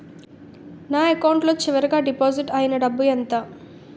నా అకౌంట్ లో చివరిగా డిపాజిట్ ఐనా డబ్బు ఎంత?